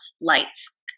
lights